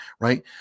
right